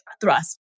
thrust